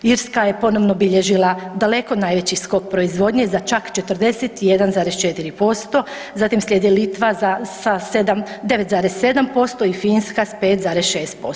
Irska je ponovno bilježila daleko najveći skok proizvodnje za čak 41,4%, zatim slijedi Litva sa 9,7% i Finska s 5,6%